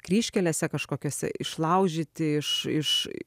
kryžkelėse kažkokiose išlaužyti iš iš